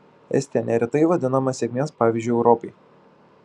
estija neretai vadinama sėkmės pavyzdžiu europai